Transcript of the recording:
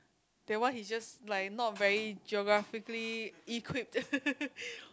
that one he just like not very geographically equipped